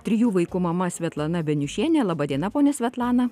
trijų vaikų mama svetlana beniušienė laba diena ponia svetlana